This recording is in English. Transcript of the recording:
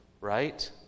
right